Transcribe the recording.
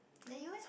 then you eh